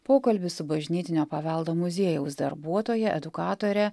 pokalbis su bažnytinio paveldo muziejaus darbuotoja edukatore